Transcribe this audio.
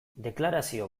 deklarazio